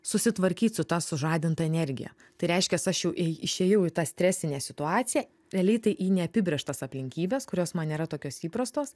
susitvarkyt su ta sužadinta energija tai reiškias aš jau ėj išėjau į tą stresinę situaciją realiai tai į neapibrėžtas aplinkybes kurios man nėra tokios įprastos